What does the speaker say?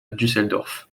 düsseldorf